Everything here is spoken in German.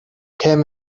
kämen